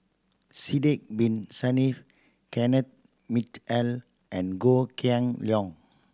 Sidek Bin Saniff Kenneth Mitchell and Goh Kheng Long